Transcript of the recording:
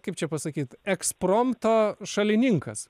kaip čia pasakyt ekspromto šalininkas